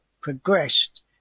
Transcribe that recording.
progressed